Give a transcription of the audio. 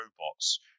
robots